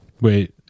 Wait